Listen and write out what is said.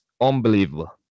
unbelievable